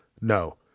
No